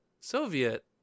Soviet